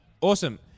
Awesome